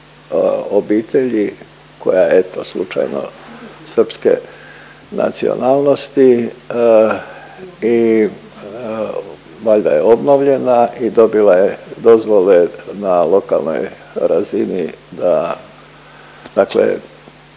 obitelji koja je eto slučajno srpske nacionalnosti i valjda je obnovljena i dobila je dozvole na lokalnoj razini da dakle,